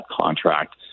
contract